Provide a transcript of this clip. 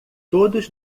todos